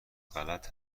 غلط